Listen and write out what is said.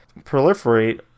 proliferate